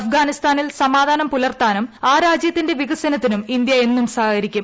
അഫ്ഗാനിസ്ഥാനിൽ സമാധാനം പുലർത്താനും ആ രാജൃത്തിന്റെ വികസനത്തിനും ഇന്തൃ എന്നും സഹകരിക്കും